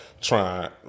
trying